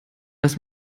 dass